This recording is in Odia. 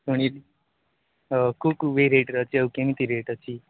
ଶୁଣିଲି କୋଉ କୋଉ ଭେରେଇଟ୍ରେ ଅଛି ଆଉ କେମିତି ଅଛି ରେଟ୍ ଅଛି